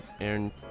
Aaron